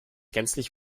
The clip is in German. gänzlich